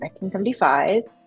1975